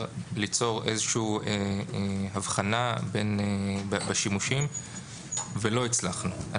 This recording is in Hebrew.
ליצור איזשהו הבחנה בשימושים ולא הצלחנו.